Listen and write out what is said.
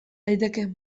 daiteke